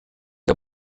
der